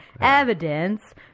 evidence